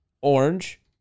orange